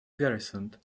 garrisoned